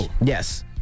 Yes